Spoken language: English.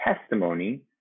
testimony